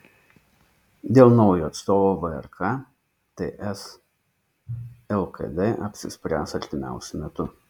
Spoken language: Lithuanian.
dėl naujo atstovo vrk ts lkd apsispręs artimiausiu metu